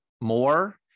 more